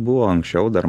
buvo anksčiau dar